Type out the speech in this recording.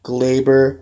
Glaber